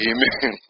Amen